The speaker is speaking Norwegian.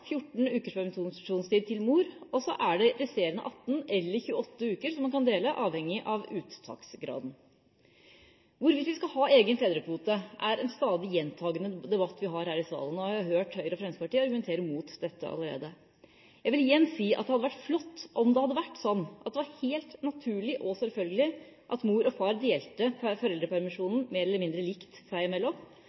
som man kan dele, avhengig av uttaksgraden. Hvorvidt vi skal ha en egen fedrekvote er en stadig gjentakende debatt vi har her i salen. Jeg har allerede hørt Høyre og Fremskrittspartiet argumentere mot dette. Jeg vil igjen si at det hadde vært flott om det hadde vært slik at det var helt naturlig og selvfølgelig at mor og far delte foreldrepermisjonen mer eller mindre likt seg imellom,